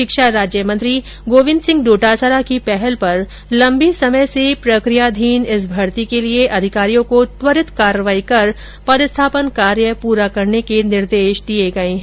शिक्षा राज्य मंत्री गोविन्द सिंह डोटासरा की पहल पर लम्बे समय से प्रक्रियाधीन इस भर्ती के लिए अधिकारियों को त्वरित कार्यवाही कर पदस्थापन कार्य पूरा करने के निर्देश दिए गए हैं